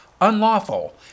unlawful